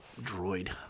droid